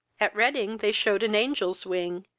at reading they shewed an angel's wing,